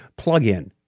plugin